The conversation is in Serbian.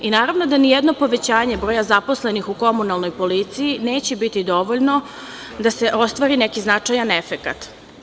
Naravno da nijedno povećanje broja zaposlenih u komunalnoj policiji neće biti dovoljno da se ostvari neki značajan efekat.